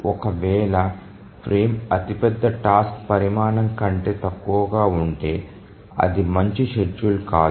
ఒకవేళ ఫ్రేమ్ అతి పెద్ద టాస్క్ పరిమాణం కంటే తక్కువగా ఉంటే అది మంచి షెడ్యూల్ కాదు